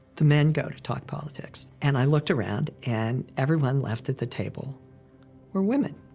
the men go to talk politics. and i looked around and everyone left at the table were women,